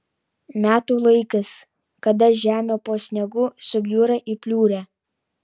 metų laikas kada žemė po sniegu subjūra į pliurę